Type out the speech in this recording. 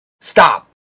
Stop